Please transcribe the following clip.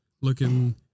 looking